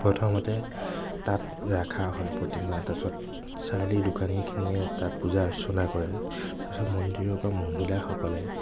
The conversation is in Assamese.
প্ৰথমতে তাত ৰখা হয় প্ৰতিমা তাৰপাছত চাৰিআলিৰ দোকানীখিনিয়ে তাত পূজা অৰ্চনা কৰে তাৰপিছত মন্দিৰৰ পৰা মহিলাসকলে